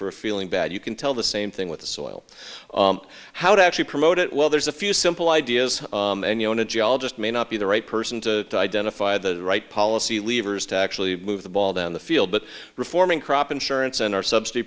a feeling bad you can tell the same thing with the soil how it actually promote it well there's a few simple ideas and you know in a geologist may not be the right person to identify the right policy levers to actually move the ball down the field but reforming crop insurance and our subsidy